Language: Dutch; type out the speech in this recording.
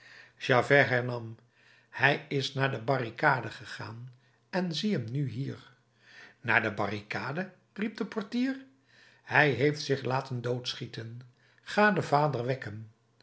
javert hernam hij is naar de barricade gegaan en zie hem nu hier naar de barricade riep de portier hij heeft zich laten doodschieten ga den vader wekken